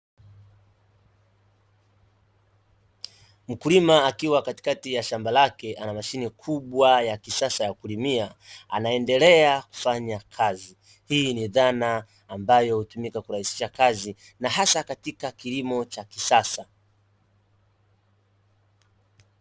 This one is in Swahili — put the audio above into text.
Mkulima akiwa katikati ya shamba lake ana mashine kubwa ya kisasa ya kulimia. Anaendelea kufanya kazi, hii ni dhana ambayo hutumika kurahisisha kazi na hasa katika kilimo cha kisasa.